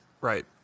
right